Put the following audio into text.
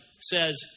says